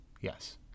Yes